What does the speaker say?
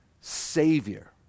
Savior